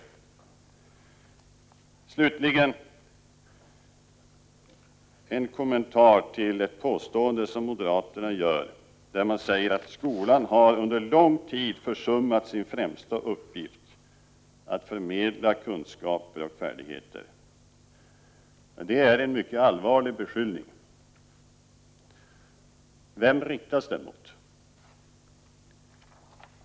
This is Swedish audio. Slutligen en kommentar till ett påstående som moderaterna gör. De säger att skolan ”under lång tid försummat sin främsta uppgift: att förmedla kunskaper och färdigheter”. Det är en mycket allvarlig beskyllning. Vem riktas den mot?